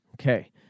Okay